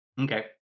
Okay